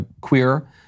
queer